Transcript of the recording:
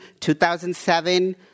2007